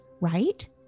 right